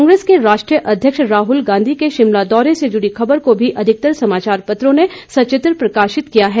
कांग्रेस के राष्ट्रीय अध्यक्ष राइल गांधी के शिमला दौरे से जुड़ी खबर को भी अधिकतर समाचार पत्रों ने सचित्र प्रकाशित किया है